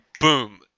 boom